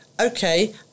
okay